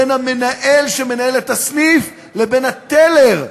בין המנהל שמנהל את הסניף לבין הטלר,